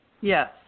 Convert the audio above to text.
Yes